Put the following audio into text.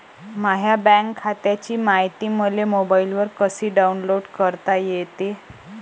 माह्या बँक खात्याची मायती मले मोबाईलवर कसी डाऊनलोड करता येते?